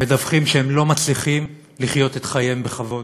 מדווחים שהם לא מצליחים לחיות את חייהם בכבוד.